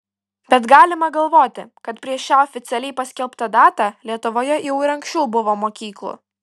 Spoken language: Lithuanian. bet galima galvoti kad prieš šią oficialiai paskelbtą datą lietuvoje jau ir anksčiau buvo mokyklų